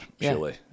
surely